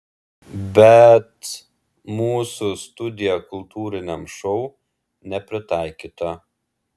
bet mūsų studija kultūriniam šou nepritaikyta